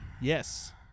Yes